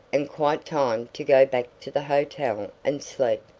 and quite time to go back to the hotel and sleep.